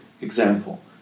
Example